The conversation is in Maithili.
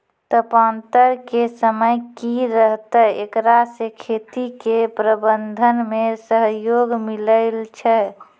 तापान्तर के समय की रहतै एकरा से खेती के प्रबंधन मे सहयोग मिलैय छैय?